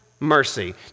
mercy